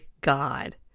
god